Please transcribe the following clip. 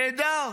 נהדר,